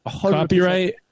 Copyright